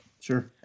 Sure